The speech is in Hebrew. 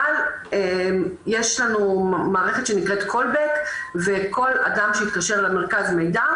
אבל יש לנו מערכת שנקראת קולבק וכל אדם שהתקשר למרכז מידע,